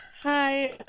Hi